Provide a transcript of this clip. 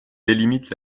délimite